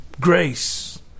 grace